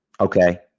okay